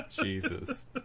Jesus